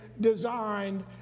designed